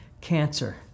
cancer